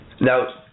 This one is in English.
Now